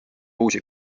uusi